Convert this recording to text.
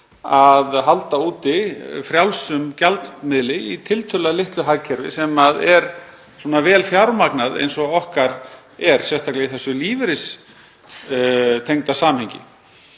að halda úti frjálsum gjaldmiðli í tiltölulega litlu hagkerfi sem er svona vel fjármagnað eins og okkar, sérstaklega í þessu lífeyristengda samhengi.